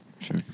Sure